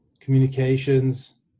communications